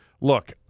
Look